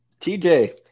TJ